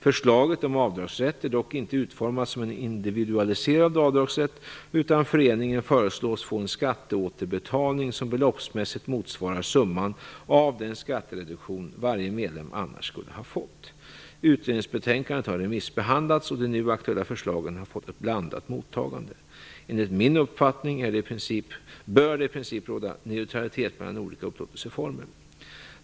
Förslaget om avdragsrätt är dock inte utformat som en individualiserad avdragsrätt, utan föreningen föreslås få en skatteåterbetalning som beloppsmässigt motsvarar summan av den skattereduktion varje medlem annars skulle ha fått. Utredningsbetänkandet har remissbehandlats, och de nu aktuella förslagen har fått ett blandat mottagande. Enligt min uppfattning bör det i princip råda neutralitet mellan olika upplåtelseformer.